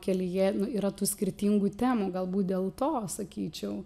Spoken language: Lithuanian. kelyje yra tų skirtingų temų galbūt dėl to sakyčiau